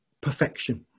perfection